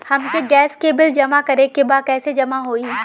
हमके गैस के बिल जमा करे के बा कैसे जमा होई?